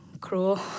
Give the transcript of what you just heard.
cruel